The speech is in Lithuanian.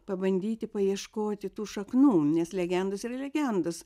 pabandyti paieškoti tų šaknų nes legendos yra legendos